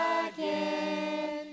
again